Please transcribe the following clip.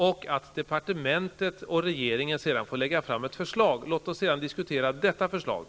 Därefter kommer departementet och regeringen att lägga fram ett förslag, och låt oss sedan diskutera det förslaget.